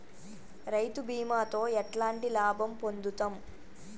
రైతు బీమాతో ఎట్లాంటి లాభం పొందుతం?